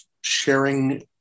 sharing